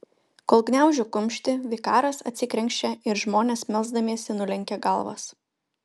kol gniaužiu kumštį vikaras atsikrenkščia ir žmonės melsdamiesi nulenkia galvas